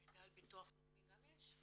מידע על ביטוח לאומי גם יש?